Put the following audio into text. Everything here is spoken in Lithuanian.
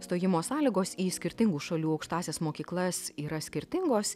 stojimo sąlygos į skirtingų šalių aukštąsias mokyklas yra skirtingos